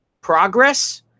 progress